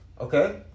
Okay